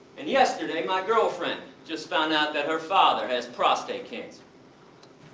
and yesterday my girlfriend, just found out that her father has prostate cancer.